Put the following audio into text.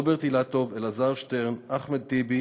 רוברט אילטוב, אלעזר שטרן, אחמד טיבי